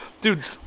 dude